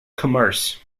commerce